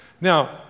Now